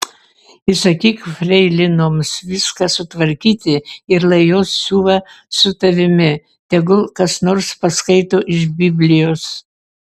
įsakyk freilinoms viską sutvarkyti ir lai jos siuva su tavimi tegul kas nors paskaito iš biblijos